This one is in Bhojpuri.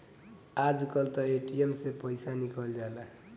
आजकल तअ ए.टी.एम से पइसा निकल जाला